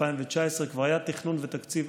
2019. כבר היה תכנון ותקציב,